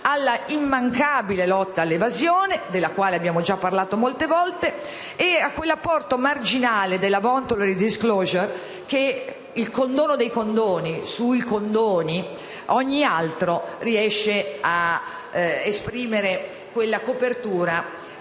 alla immancabile lotta all'evasione - della quale abbiamo già parlato molte volte - e a quell'apporto marginale della *voluntary disclosure*, il condono dei condoni sui condoni, che esprime una copertura